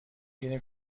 گیریم